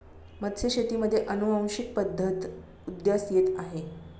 मत्स्यशेतीमध्ये अनुवांशिक पद्धत उदयास येत आहे